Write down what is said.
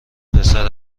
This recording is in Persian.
پسر